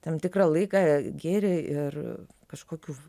tam tikrą laiką gėrė ir kažkokių